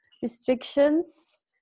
restrictions